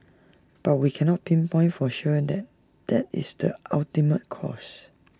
but we cannot pinpoint for sure that that is the ultimate cause